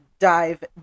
dive